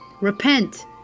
Repent